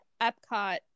Epcot